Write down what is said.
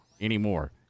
anymore